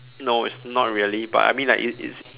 no it's not really but I mean like it's it's